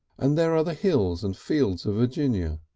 and there are the hills and fields of virginia,